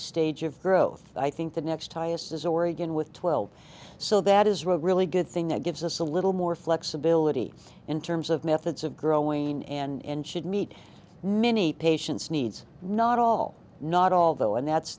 stage of growth i think the next highest is oregon with twelve so that is really really good thing that gives us a little more flexibility in terms of methods of growing and should meet many patients needs not all not all though and that's